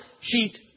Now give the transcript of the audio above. cheat